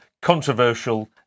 controversial